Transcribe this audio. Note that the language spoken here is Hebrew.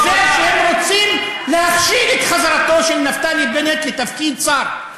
ובזה שהם רוצים להכשיל את חזרתו של נפתלי בנט לתפקיד שר.